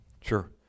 Sure